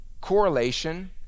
Correlation